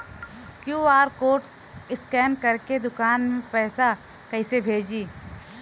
QR code scan करके दुकान में पैसा कइसे भेजी?